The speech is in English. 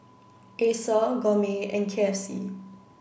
Acer Gourmet and K F C